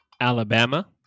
Alabama